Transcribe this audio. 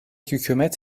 hükümet